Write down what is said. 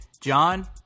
john